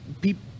people